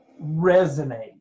resonate